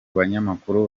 banyamakuru